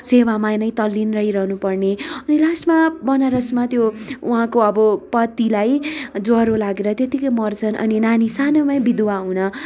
सेवामा नै तल्लिन रहनुपर्ने अनि लास्टमा बनारसमा त्यो वहाँको अब पतिलाई ज्वरो लागेर त्यतिकै मर्छन् अनि नानी सानोमै विधवा हुन